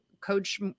Coach